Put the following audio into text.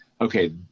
okay